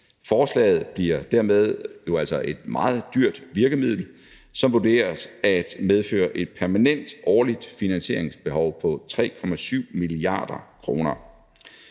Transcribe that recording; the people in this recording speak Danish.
Forslaget bliver jo altså dermed et meget dyrt virkemiddel, som vurderes at medføre et permanent årligt finansieringsbehov på 3,7 mia. kr.